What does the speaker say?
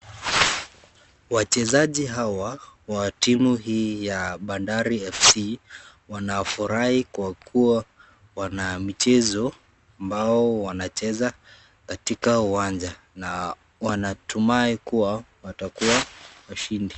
Wachezaji hawa, wa timu hii ya bandari fc,wanafurahi kwa kuwa wanamichezo ambao wanacheza katika uwanja. Na wanatumai kuwa watakuwa washindi.